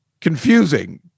confusing